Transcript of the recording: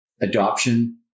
adoption